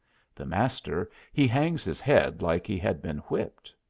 the master he hangs his head like he had been whipped.